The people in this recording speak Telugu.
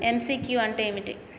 ఎమ్.సి.క్యూ అంటే ఏమిటి?